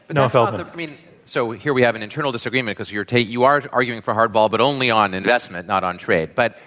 and and mean so here we have an internal disagreement because you're taking you are arguing for hardball but only on investment, not on trade. but